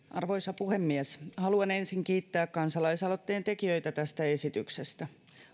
arvoisa puhemies haluan ensin kiittää kansalaisaloitteen tekijöitä tästä esityksestä